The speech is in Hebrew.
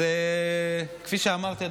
אז כפי שאמרתי,